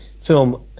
film